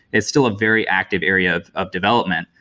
it's still a very active area of of development.